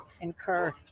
incur